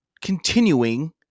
continuing